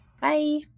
Bye